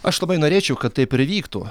aš labai norėčiau kad taip ir įvyktų